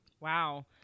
Wow